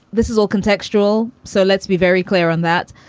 this is all contextual. so let's be very clear on that.